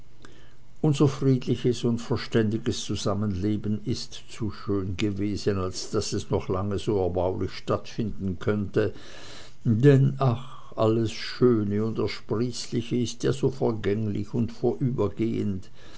unser friedliches und verständiges zusammenleben ist zu schön gewesen als daß es noch lange so erbaulich stattfinden könnte denn ach alles schöne und ersprießliche ist ja so vergänglich und vorübergehend